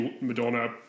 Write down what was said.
Madonna